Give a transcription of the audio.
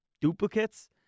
duplicates